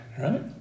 right